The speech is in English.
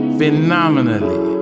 phenomenally